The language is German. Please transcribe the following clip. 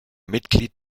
mitglied